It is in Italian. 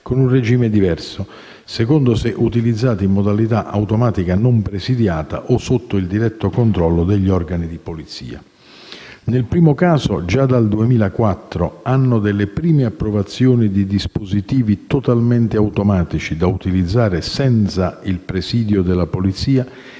con un regime diverso secondo se utilizzati in modalità automatica non presidiata o sotto il diretto controllo degli organi di polizia. Nel primo caso, già dal 2004, anno delle prime approvazioni di dispositivi totalmente automatici da utilizzare senza il presidio della polizia,